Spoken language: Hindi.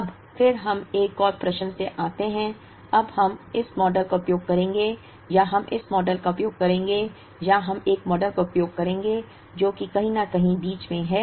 अब फिर हम एक और प्रश्न में आते हैं अब हम इस मॉडल का उपयोग करेंगे या हम इस मॉडल का उपयोग करेंगे या हम एक मॉडल का उपयोग करेंगे जो कि कहीं न कहीं बीच में है